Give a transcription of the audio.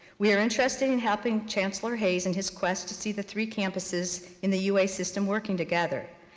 we are interested in helping chancellor hayes in his quest to see the three campuses in the ua system working together.